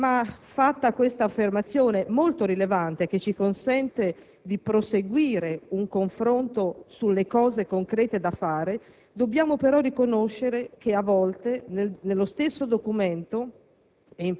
Fatta questa affermazione molto rilevante, che ci consente di proseguire un confronto sulle iniziative concrete da assumere, dobbiamo, però, riconoscere che a volte, nello stesso Documento,